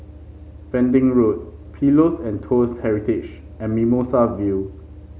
Pending Road Pillows and Toast Heritage and Mimosa View